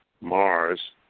mars